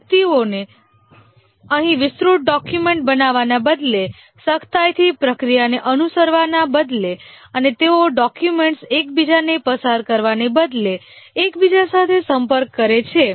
વ્યક્તિઓને અહીં વિસ્તૃત ડોક્યુમેન્ટ્સ બનાવવાના બદલે સખ્તાઇથી પ્રક્રિયાને અનુસરવાના બદલે અને તેઓ ડોક્યુમેન્ટ્સ એકબીજાને પસાર કરવાને બદલે એકબીજા સાથે સંપર્ક કરે છે